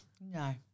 No